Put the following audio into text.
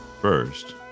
first